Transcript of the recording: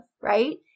right